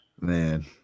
Man